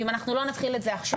ואם אנחנו לא נתחיל את זה עכשיו,